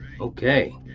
Okay